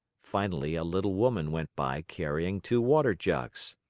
finally a little woman went by carrying two water jugs.